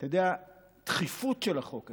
אתה יודע, הדחיפות של החוק הזה,